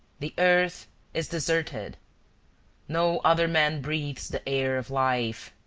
the earth is deserted no other man breathes the air of life.